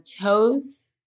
toes